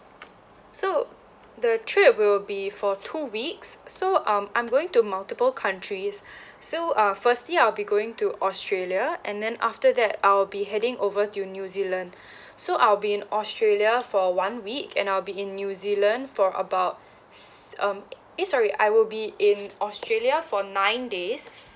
so the trip will be for two weeks so um I'm going to multiple countries so uh firstly I'll be going to australia and then after that I'll be heading over to new zealand so I'll be in australia for one week and I'll be in new zealand for about s~ um eh sorry I will be in australia for nine days